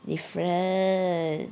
different